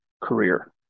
career